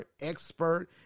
expert